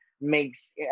makes